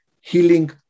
healing